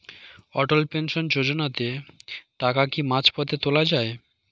অটল pension যোজনাতে টাকা কি মাঝপথে তোলা যায়?